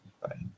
Bye